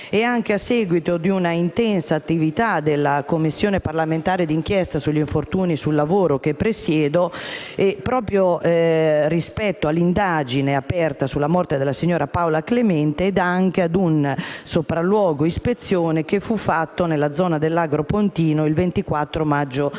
2015, a seguito di un'intensa attività della Commissione parlamentare d'inchiesta sugli infortuni sul lavoro - Commissione che presiedo - dell'indagine aperta sulla morte della signora Paola Clemente, nonché di un sopralluogo-ispezione compiuto nella zona dell'Agro Pontino il 24 maggio